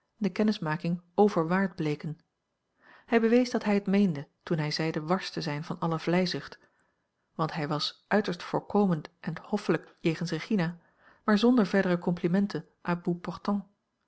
de kennismaking overwaard bleken hij bewees dat hij het meende toen hij zeide wars te zijn van alle vleizucht want hij was uiterst voorkomend en hoffelijk jegens regina maar zonder verdere complimenten à bout portant